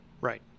right